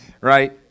right